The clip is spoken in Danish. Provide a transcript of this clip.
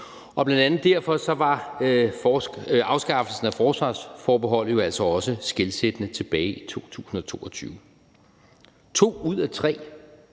derfor var afskaffelsen af forsvarsforbeholdet jo altså også skelsættende tilbage i 2022. To ud af tre